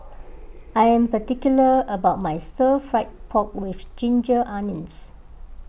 I am particular about my Stir Fried Pork with Ginger Onions